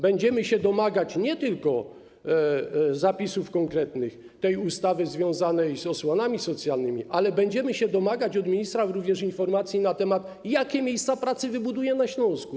Będziemy się domagać nie tylko konkretnych zapisów w tej ustawie związanych z osłonami socjalnymi, ale będziemy się domagać od ministra również informacji na temat tego, jakie miejsca pracy wybuduje na Śląsku.